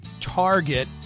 Target